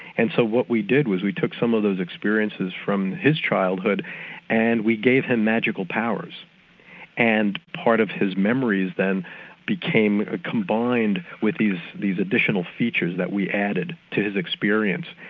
and so what we did was we took some of those experiences from his childhood and we gave him magical powers and part of his memories then became ah combined with these these additional features that we added to his experience.